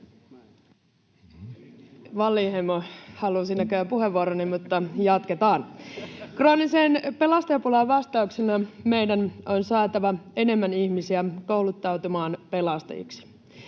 Wallinheimo halusi näköjään puheenvuoroni, mutta jatketaan. — Krooniseen pelastajapulaan vastauksena meidän on saatava enemmän ihmisiä kouluttautumaan pelastajiksi.